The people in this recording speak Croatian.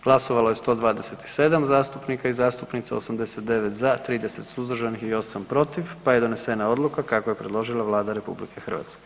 Glasovalo je 127 zastupnika i zastupnica, 89 za, 30 suzdržanih i 8 protiv, pa je donesena odluka kako je predložila Vlada RH.